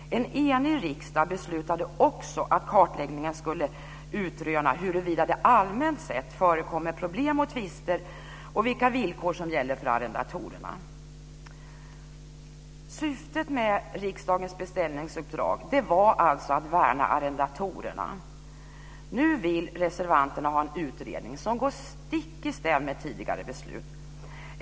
En enig riksdag beslutade också att kartläggningen skulle utröna huruvida det allmänt sett förekommer problem och tvister och vilka villkor som gäller för arrendatorerna. Syftet med riksdagens beställningsuppdrag var alltså att värna arrendatorerna. Nu vill reservanterna ha en utredning som går stick i stäv med tidigare beslut.